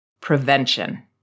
Prevention